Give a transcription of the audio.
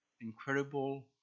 incredible